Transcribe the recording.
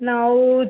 ನಾವೂ